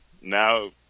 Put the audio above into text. Now